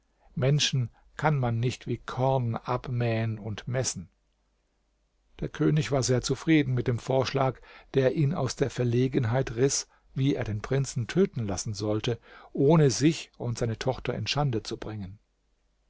menschen kann man nicht wie korn abmähen und messen der könig war sehr zufrieden mit dem vorschlag der ihn aus der verlegenheit riß wie er den prinzen töten lassen solle ohne sich und seine tochter in schande zu bringen